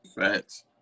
Facts